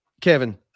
Kevin